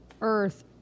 Earth